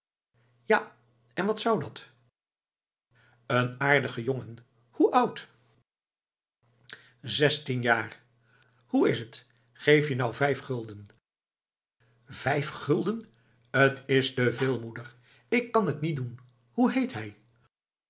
ja en wat zou dat n aardige jongen hoe oud zestien jaar hoe is t geef je nou vijf gulden vijf gulden t is te veel moeder ik kan t niet doen hoe heet hij